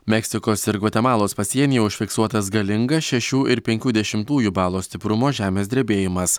meksikos ir gvatemalos pasienyje užfiksuotas galingas šešių ir penkių dešimtųjų balo stiprumo žemės drebėjimas